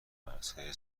مرزهای